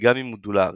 אוריגמי מודולרי